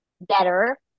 better